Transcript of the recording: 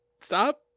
Stop